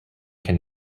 can